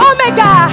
Omega